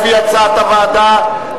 לפי הצעת הוועדה,